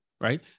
Right